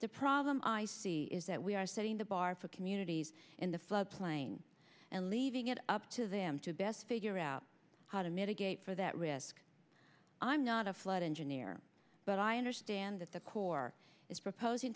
the problem i see is that we are setting the bar for communities in the floodplain and leaving it up to them to best figure out how to mitigate for that risk i'm not a flight engineer but i understand that the corps is proposing